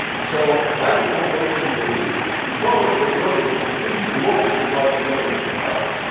so why do corporations do it? because they know that for teams to work require an element of trust.